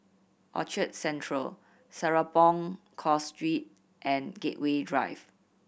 Orchard Central Serapong Course Road and Gateway Drive